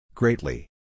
Greatly